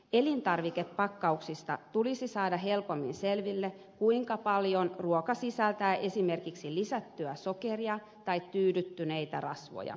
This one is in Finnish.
elintarvikepakkauksista tulisi saada helpommin selville kuinka paljon ruoka sisältää esimerkiksi lisättyä sokeria tai tyydyttyneitä rasvoja